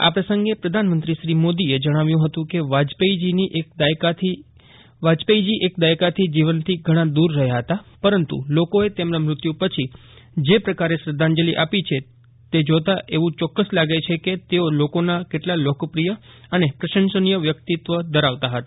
આ પ્રસંગે પ્રધાનમંત્રીશ્રી મોદીએ જજ્ઞાવ્યું હતું કે વાજપેયીજી એક દાયકાથી જીવનથી ઘણા દૂર રહ્યા હતા પરંતુ લોકોએ તેમના મૃત્યુ પછી જે પ્રકારે શ્રદ્ધાંજલિ આપી છે જે જોતાં એવું ચોકક્સ લાગે કે તેઓ લોકોના કેટલા લોકપ્રિય અને પ્રશંસનીય વ્યક્તિત્વ ધરાવતા હતા